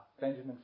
Benjamin